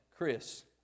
Chris